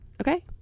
Okay